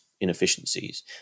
inefficiencies